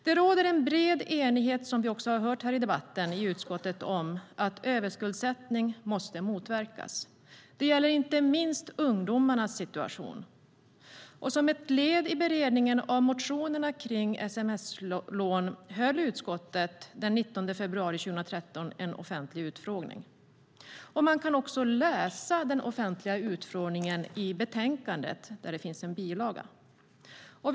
Det råder en bred enighet, som vi har hört i debatten, i utskottet om att överskuldsättning måste motverkas. Detta gäller inte minst ungdomarnas situation. Som ett led i beredningen av motionerna om sms-lån höll utskottet den 19 februari 2013 en offentlig utfrågning. Man kan läsa den offentliga utfrågningen i en bilaga till betänkandet.